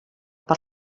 per